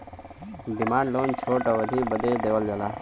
demand loan छोट अवधी बदे देवल जाला